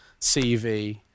CV